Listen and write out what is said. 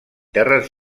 terres